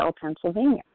Pennsylvania